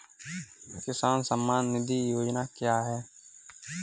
किसान सम्मान निधि योजना क्या है?